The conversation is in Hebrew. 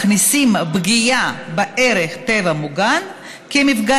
מכניסים את הפגיעה בערך טבע מוגן כמפגע